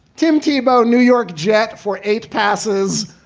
tim tebow. new york jets for eight passes.